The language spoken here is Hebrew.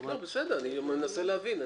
בסדר, אני מנסה להבין.